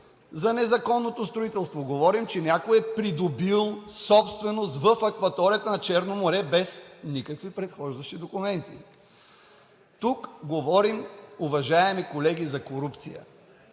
за незаконното строителство, говорим, че някой е придобил собственост в акваторията на Черно море без никакви предхождащи документи! Тук говорим, уважаеми колеги, за корупция